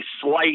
slight